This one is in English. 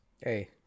Hey